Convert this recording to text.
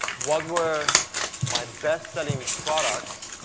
what were my best selling products